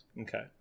Okay